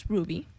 Ruby